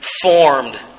formed